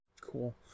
Cool